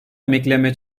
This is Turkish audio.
emekleme